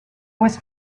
was